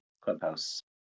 Clubhouse